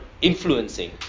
influencing